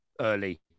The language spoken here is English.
early